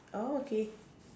oh okay